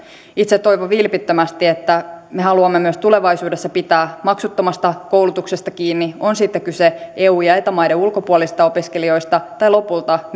itse toivon vilpittömästi että me haluamme myös tulevaisuudessa pitää maksuttomasta koulutuksesta kiinni on sitten kyse eu ja eta maiden ulkopuolisista opiskelijoista tai lopulta